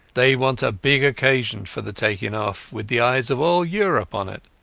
they want a big occasion for the taking off, with the eyes of all europe on it.